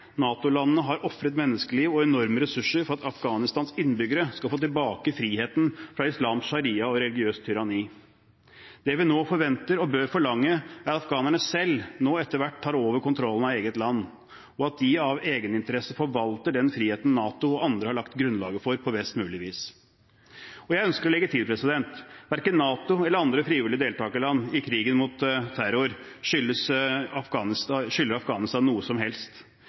NATO-landene har ofret menneskeliv og enorme ressurser for at Afghanistans innbyggere skal få tilbake friheten fra islamsk sharia og religiøst tyranni. Det vi nå forventer og bør forlange, er at afghanerne selv nå etter hvert tar over kontrollen av eget land, og at de av egeninteresse forvalter den friheten NATO og andre har lagt grunnlaget for på best mulig vis. Jeg ønsker å legge til at verken NATO eller andre frivillige deltakerland i krigen mot terror skylder Afghanistan noe som helst.